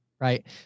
Right